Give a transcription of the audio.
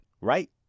right